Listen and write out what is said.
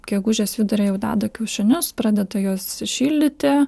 gegužės vidurio jau deda kiaušinius pradeda juos šildyti